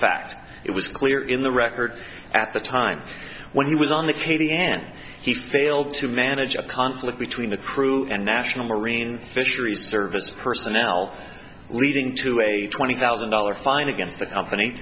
fact it was clear in the record at the time when he was on the katy end he failed to manage a conflict between the crew and national marine fisheries service personnel leading to a twenty thousand dollar fine against the company